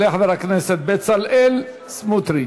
יעלה חבר הכנסת בצלאל סמוטריץ.